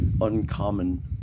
uncommon